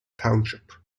township